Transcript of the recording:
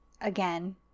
again